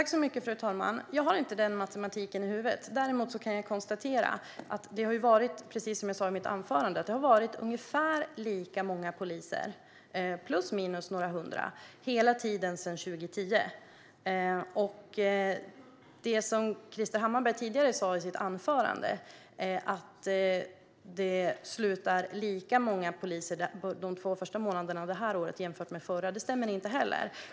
Fru talman! Jag har inte den matematiken i huvudet. Däremot kan jag konstatera precis det jag sa i mitt anförande: Det har varit ungefär lika många poliser, plus minus några hundra, hela tiden sedan 2010. Det som Krister Hammarbergh sa tidigare i sitt anförande, att det slutade lika många poliser de två första månaderna av det här året som det förra, stämmer inte heller.